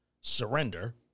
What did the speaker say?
Surrender